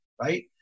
right